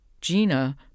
Gina